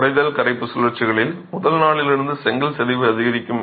உறைதல் கரைப்பு சுழற்சிகளில் முதல் நாளிலிருந்து செங்கல் சிதைவு அதிகரிக்கும்